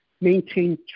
Maintain